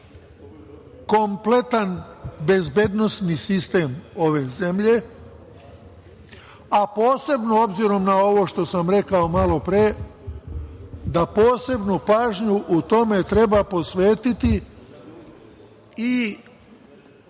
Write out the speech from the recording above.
kompletan bezbednosni sistem ove zemlje, a posebno obzirom na ovo što sam rekao malo pre, da posebnu pažnju u tome treba posvetiti i